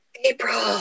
April